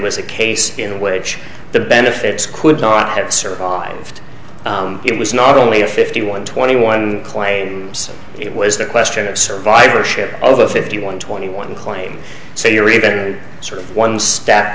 was a case in which the benefits could not have survived it was not only a fifty one twenty one claims it was the question of survivorship over fifty one twenty one claims so you're even sort of one step